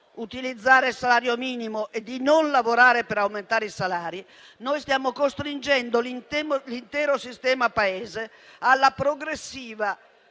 utilizzare il salario minimo e di non lavorare per aumentare i salari, stiamo costringendo l'intero sistema Paese alla progressiva